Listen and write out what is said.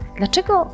dlaczego